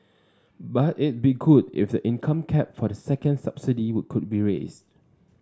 but it be good if the income cap for the second subsidy would could be raised